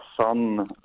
Sun